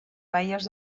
baies